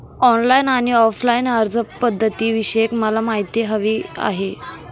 online आणि offline अर्जपध्दतींविषयी मला माहिती हवी आहे